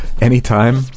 anytime